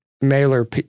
mailer